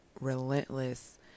relentless